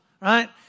right